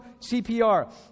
CPR